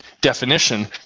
definition